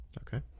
Okay